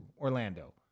Orlando